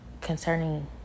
concerning